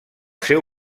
seu